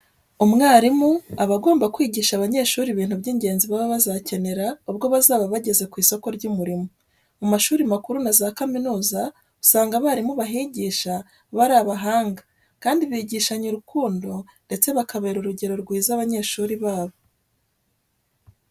Umwarimu aba agomba kwigisha abanyeshuri ibintu by'ingenzi baba bazakenera ubwo bazaba bageze ku isoko ry'umurimo. Mu mashuri makuru na za kaminuza usanga abarimu bahigisha baba ari abahanga kandi bigishanya urukundo ndetse bakabera urugero rwiza abanyeshuri babo.